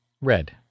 Red